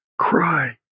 Cry